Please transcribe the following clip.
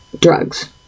drugs